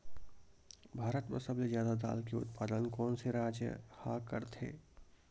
भारत मा सबले जादा दाल के उत्पादन कोन से राज्य हा करथे?